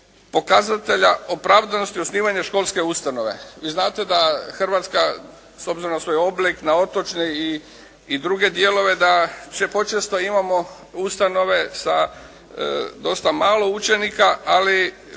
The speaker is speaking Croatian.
pokazatelja opravdanosti osnivanja školske ustanove. Vi znate da Hrvatska s obzirom na svoj oblik, na otočne i druge dijelove da počesto imamo ustanove sa dosta malo učenika ali